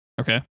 Okay